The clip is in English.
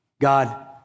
God